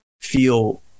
feel